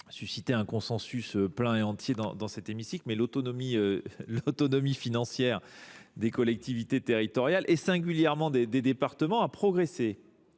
d’un consensus plein et entier dans cet hémicycle –, l’autonomie financière des collectivités territoriales, et singulièrement des départements, a progressé.